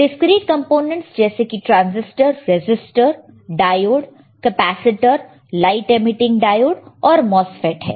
discrete components जैसे कि transistor resistor diode capacitor light emitting diode और MOSFET है